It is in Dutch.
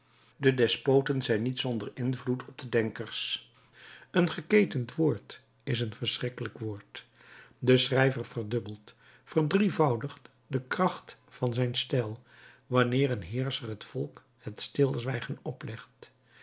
de despoten zijn niet zonder invloed op de denkers een geketend woord is een verschrikkelijk woord de schrijver verdubbelt verdrievoudigt de kracht van zijn stijl wanneer een heerscher het volk het stilzwijgen oplegt